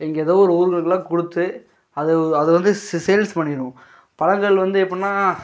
இங்கே எதோ ஒரு ஊருகளுக்கெல்லாம் கொடுத்து அது அதை வந்து சே சேல்ஸ் பண்ணிடுவோம் பழங்கள் வந்து எப்புடின்னா